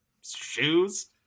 shoes